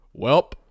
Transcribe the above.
Welp